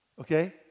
Okay